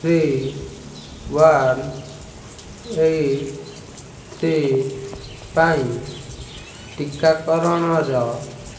three one eight three ପାଇଁ ଟିକାକରଣର